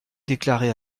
déclarait